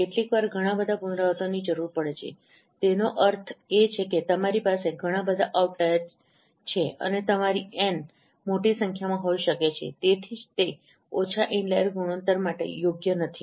કેટલીકવાર ઘણા બધા પુનરાવર્તનોની જરૂર પડે છે તેનો અર્થ એ કે તમારી પાસે ઘણા બધા આઉટલાઈર છે અને તમારી એન મોટી સંખ્યામાં હોઈ શકે છે અને તેથી જ તે ઓછા ઇનલાઈર ગુણોત્તર માટે યોગ્ય નથી